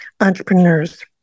entrepreneurs